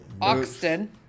Oxton